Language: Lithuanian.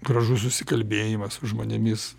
gražus susikalbėjimas su žmonėmis